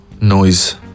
noise